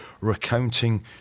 recounting